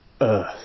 earth